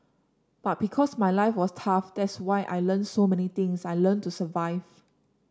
but because my life was tough that's why I learnt so many things I learnt to survive